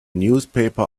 newspaper